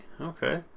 okay